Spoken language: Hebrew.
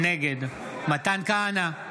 נגד מתן כהנא,